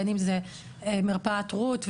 בין אם זה מרפאת רות.